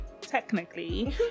technically